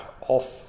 off